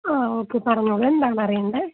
ആ ഓക്കെ പറഞ്ഞോളൂ എന്താണറിയേണ്ടത്